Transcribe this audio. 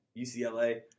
UCLA